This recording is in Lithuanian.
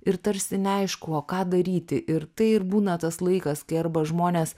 ir tarsi neaišku o ką daryti ir tai ir būna tas laikas kai arba žmonės